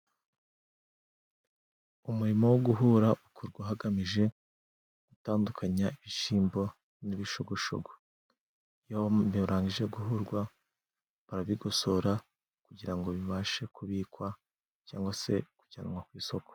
Umurimo wo guhura ukorwa hagamije gutandukanya ibishimbo n'ibishogoshogo. Iyo birangije guhurwa barabigosora, kugira ngo bibashe kubikwa cyangwa se kujyanwa ku isoko.